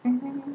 mmhmm